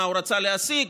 מה הוא רצה להשיג?